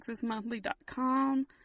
texasmonthly.com